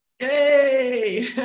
Yay